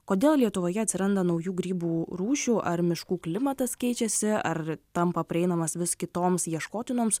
kodėl lietuvoje atsiranda naujų grybų rūšių ar miškų klimatas keičiasi ar tampa prieinamas vis kitoms ieškotinoms